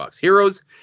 heroes